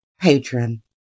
patron